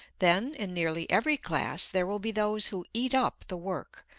then, in nearly every class, there will be those who eat up the work,